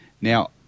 Now